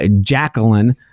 jacqueline